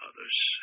others